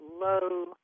low